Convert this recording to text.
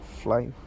fly